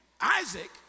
Isaac